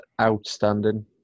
outstanding